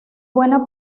buena